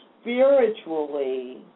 spiritually